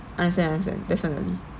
understand understand definitely